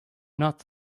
not